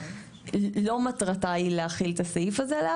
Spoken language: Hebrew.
לא מטרתה היא להחיל את הסעיף הזה עליה,